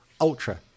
ultra